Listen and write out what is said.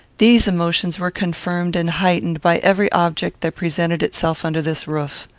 these emotions were confirmed and heightened by every object that presented itself under this roof.